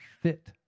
fit